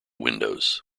windows